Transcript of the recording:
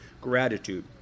gratitude